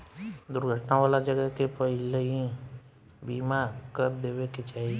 दुर्घटना वाला जगह के पहिलही बीमा कर देवे के चाही